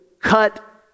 cut